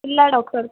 ಇಲ್ಲ ಡಾಕ್ಟರ್